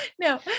no